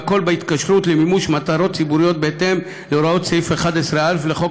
והכול בהתקשרות למימוש מטרות ציבוריות בהתאם להוראות סעיף 11א לחוק